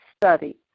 study